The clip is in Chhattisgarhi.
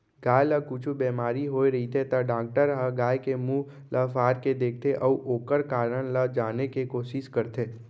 गाय ल कुछु बेमारी होय रहिथे त डॉक्टर ह गाय के मुंह ल फार के देखथें अउ ओकर कारन ल जाने के कोसिस करथे